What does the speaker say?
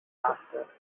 faster